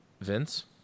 vince